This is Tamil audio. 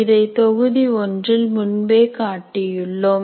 இதை தொகுதி ஒன்றில் முன்பே காட்டியுள்ளோம்